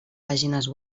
pàgines